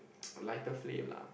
lighter flame lah